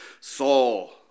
Saul